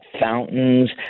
fountains